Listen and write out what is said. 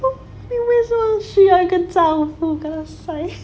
你为什么需要一个丈夫 kana sai